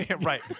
Right